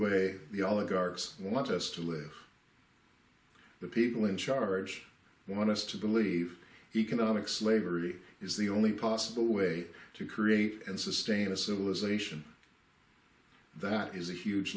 way the oligarchy wants us to live the people in charge want to believe economic slavery is the only possible way to create and sustain a civilization that is a huge